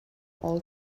all